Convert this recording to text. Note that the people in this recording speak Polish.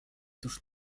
tuż